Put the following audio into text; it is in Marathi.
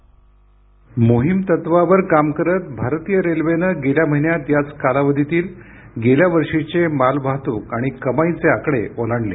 ध्वनी मोहीम तत्वावर काम करत भारतीय रेल्वेनं गेल्या महिन्यात याच कालावधीतील गेल्या वर्षीचे माल वाहतूक आणि कमाईचे आकडे ओलांडले